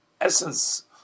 essence